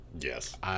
yes